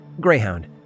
Greyhound